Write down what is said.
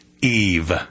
Eve